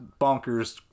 bonkers